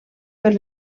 per